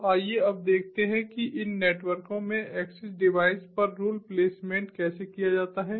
तो आइए अब देखते हैं कि इन नेटवर्कों में एक्सेस डिवाइस पर रूल प्लेसमेंट कैसे किया जाता है